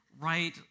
Right